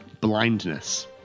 Blindness